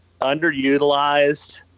underutilized